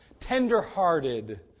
tender-hearted